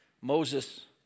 Moses